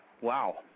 Wow